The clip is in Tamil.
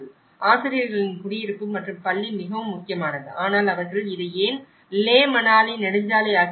ஆசிரியர்களின் குடியிருப்பு மற்றும் பள்ளி மிகவும் முக்கியமானது ஆனால் அவர்கள் இதை ஏன் லே மணாலி நெடுஞ்சாலையாக்கினார்கள்